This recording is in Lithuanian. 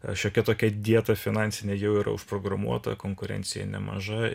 šiokia tokia dieta finansinė jau yra užprogramuota konkurencija nemaža